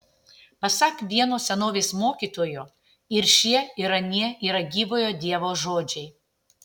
pasak vieno senovės mokytojo ir šie ir anie yra gyvojo dievo žodžiai